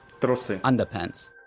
Underpants